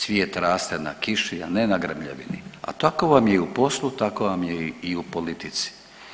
Cvijet raste na kiši, a ne na grmljavini.“ A tako vam je i u poslu, tako vam je i u politici.